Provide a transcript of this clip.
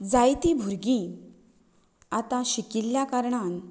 जायतीं भुरगीं आतां शिकिल्ल्या कारणान